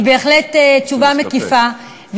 היא בהחלט תשובה מקיפה.